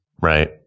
Right